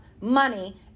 money